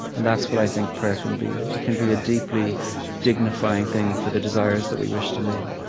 and that's what i think prayer can be. it can be a deeply dignifying thing for the desires that we wish to name